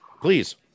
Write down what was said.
please